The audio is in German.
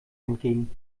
entgegen